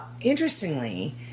Interestingly